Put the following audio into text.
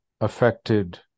affected